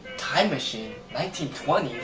time machine? nineteen twenty